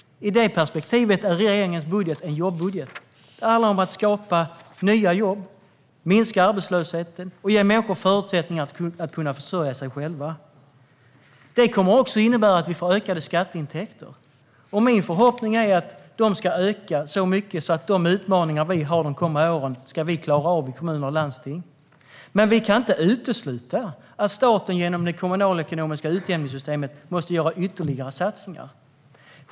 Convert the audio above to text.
I detta perspektiv är regeringens budget en jobbudget. Det handlar om att skapa nya jobb, minska arbetslösheten och ge människor förutsättningar att försörja sig själva. Det kommer också att innebära att vi får ökade skatteintäkter. Min förhoppning är att de ska öka så mycket att vi ska klara av de utmaningar som vi har i kommuner och landsting de kommande åren. Men vi kan inte utesluta att staten genom det kommunalekonomiska utjämningssystemet måste göra ytterligare satsningar.